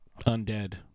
Undead